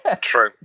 True